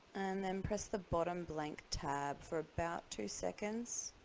and then press the bottom blank tab for about two seconds